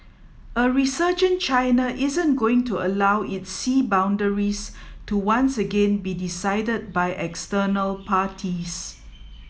a resurgent China isn't going to allow its sea boundaries to once again be decided by external parties